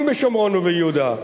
בשומרון וביהודה.